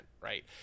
right